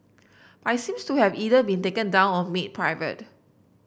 I seems to have either been taken down or made private